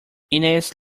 ines